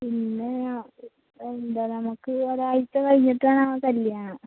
പിന്നെ എന്താണ് നമുക്ക് ഒരാഴ്ച കഴിഞ്ഞിട്ടാണ് കല്യാണം